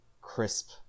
crisp